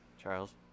Charles